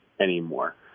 anymore